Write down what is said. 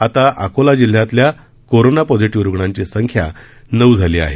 आता अकोला जिल्ह्यातील corona positive रुग्णांची संख्या नऊ झाली आहे